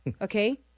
okay